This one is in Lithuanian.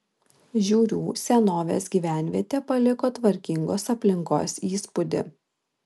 žiūrių senovės gyvenvietė paliko tvarkingos aplinkos įspūdį